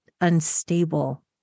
unstable